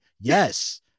yes